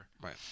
Right